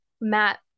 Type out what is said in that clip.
Matt